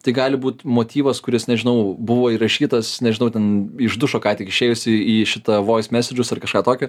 tai gali būt motyvas kuris nežinau buvo įrašytas nežinau ten iš dušo ką tik išėjusi į į šitą vois mesedžius ar kažką tokio